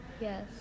Yes